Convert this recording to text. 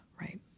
Right